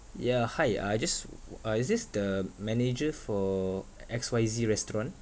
yeah hi uh just oo oo uh is this the manager for X Y Z restaurant